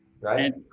right